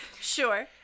sure